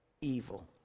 evil